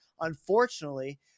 unfortunately